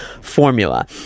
formula